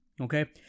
Okay